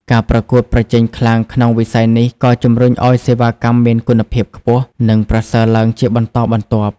ការប្រកួតប្រជែងខ្លាំងក្នុងវិស័យនេះក៏ជម្រុញឲ្យសេវាកម្មមានគុណភាពខ្ពស់ និងប្រសើរឡើងជាបន្តបន្ទាប់។